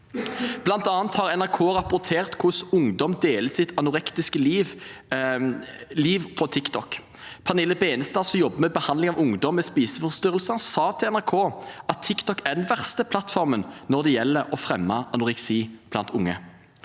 Blant annet har NRK rapportert om hvordan ungdom deler fra sitt anorektiske liv på TikTok. Pernille Benestad, som jobber med behandling av ungdom med spiseforstyrrelser, sa til NRK at TikTok er den verste plattformen når det gjelder å fremme anoreksi blant unge.